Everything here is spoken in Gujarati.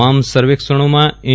તમામ સર્વેક્ષણોમાં એન